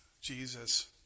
Jesus